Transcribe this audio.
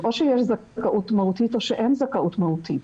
או שיש זכאות מהותית או שאין זכאות מהותית.